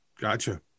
Gotcha